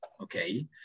Okay